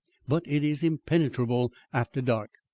but it is impenetrable after dark,